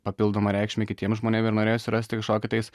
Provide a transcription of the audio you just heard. papildomą reikšmę kitiem žmonėm ir norėjosi rasti kažkokį tais